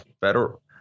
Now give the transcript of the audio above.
federal